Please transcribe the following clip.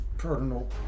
Cardinal